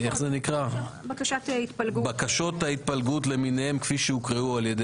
בקשות ההתפלגות כפי שהוקראו על ידי